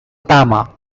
tama